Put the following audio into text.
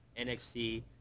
NXT